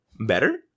Better